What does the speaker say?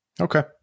okay